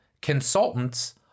consultants